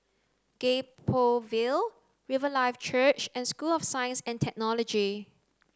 Gek Poh Ville Riverlife Church and School of Science and Technology